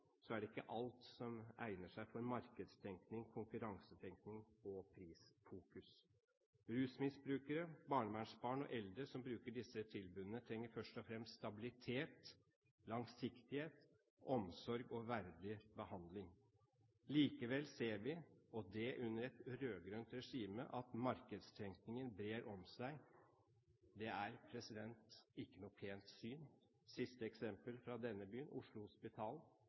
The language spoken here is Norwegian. er det ikke alt som egner seg for markedstenkning, konkurransetenkning og prisfokus. Rusmisbrukere, barnevernsbarn og eldre som bruker disse tilbudene, trenger først og fremst stabilitet, langsiktighet, omsorg og verdig behandling. Likevel ser vi – og det under et rød-grønt regime – at markedstenkningen brer om seg. Det er ikke noe pent syn. Det siste eksempelet fra denne byen er Oslo